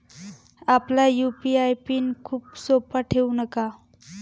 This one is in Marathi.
आपला यू.पी.आय पिन खूप सोपा ठेवू नका